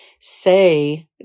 say